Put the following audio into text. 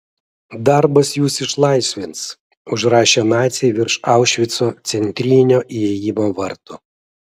darbas jus išlaisvins užrašė naciai virš aušvico centrinio įėjimo vartų